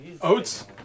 Oats